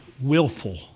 willful